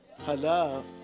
Hello